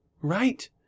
Right